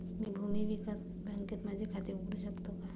मी भूमी विकास बँकेत माझे खाते उघडू शकतो का?